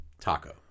Taco